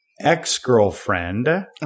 ex-girlfriend